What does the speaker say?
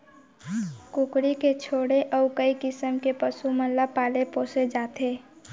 कुकरी के छोड़े अउ कई किसम के पसु मन ल पाले पोसे जाथे